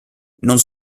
non